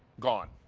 gone.